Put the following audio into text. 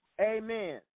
Amen